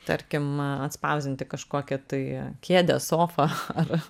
tarkim atspausdinti kažkokią tai kėdę sofą ar